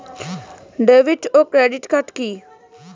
David ও credit card কি?